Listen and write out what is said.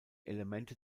elemente